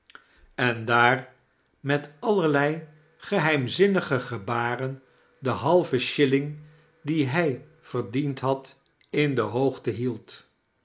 kcrstviil-telliligeii daar met allerlei geheimzinnige gebaren den halven shilling dien hij verdiend had in de hoogte hield